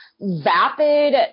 vapid